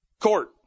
Court